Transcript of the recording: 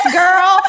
girl